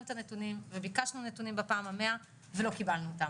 נתונים' ו'ביקשנו נתונים בפעם ה-100 ולא קיבלנו אותם'.